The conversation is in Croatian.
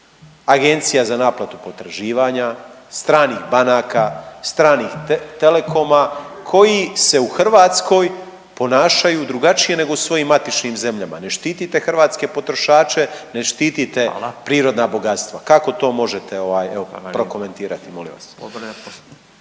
agencija za naplatu potraživanja, stranih banaka, stranih telekoma koji se u Hrvatskoj ponašaju drugačije nego u svojim matičnim zemljama. Ne štitite hrvatske potrošače, ne štitite prirodna bogatstva. …/Upadica: Hvala./… Kako to možete ovaj evo prokomentirati molim vas?